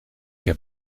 heb